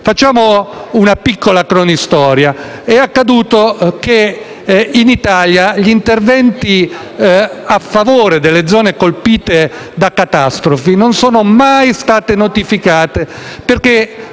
Facciamo una piccola cronistoria. In passato in Italia gli interventi a favore delle zone colpite da catastrofi non sono mai stati notificati